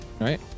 Right